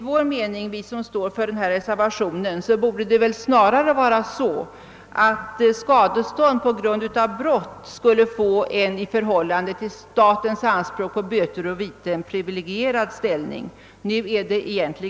Vi som står för reservation 2 anser att det snarare bör vara så, att skade Stånd på grund av brott skulle få en ! förhållande till statens anspråk på böter och viten privilegierad ställning. Nu är det tvärtom.